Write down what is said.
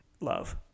love